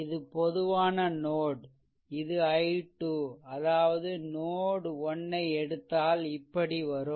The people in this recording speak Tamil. இது பொதுவான நோட் இது i 2 அதாவது நோட் 1 ஐ எடுத்தால் இப்படி வரும்